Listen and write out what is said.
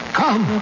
come